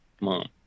mom